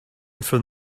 from